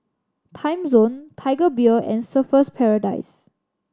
Timezone Tiger Beer and Surfer's Paradise